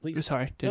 sorry